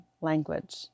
language